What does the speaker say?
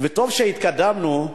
וטוב שהתקדמנו,